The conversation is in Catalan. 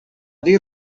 dir